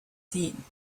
sehen